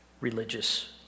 religious